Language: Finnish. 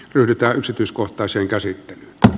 yritä yksityiskohtaisen käsitettä